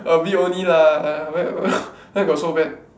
a bit only lah whe~ where got so bad